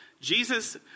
Jesus